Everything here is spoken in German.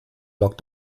log